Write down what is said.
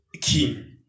king